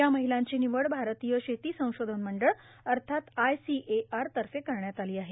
या महिलांची निवड भारतीय शेती संशोधन मंडळ अर्थात आयसीएआर तर्फे करण्यात आली आहे